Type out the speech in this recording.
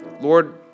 Lord